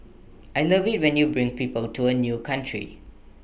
I love IT when you bring people to A new country